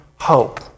hope